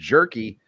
Jerky